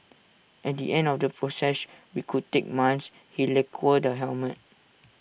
at the end of the process we could take months he lacquers the helmet